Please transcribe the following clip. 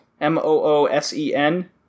m-o-o-s-e-n